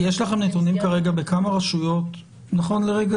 --- האם יש לכם נתונים כרגע בכמה רשויות נכון לרגע